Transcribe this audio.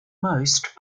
most